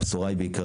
הבשורה היא בעיקר,